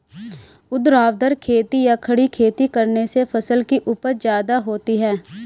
ऊर्ध्वाधर खेती या खड़ी खेती करने से फसल की उपज ज्यादा होती है